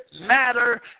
matter